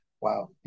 Wow